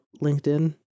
LinkedIn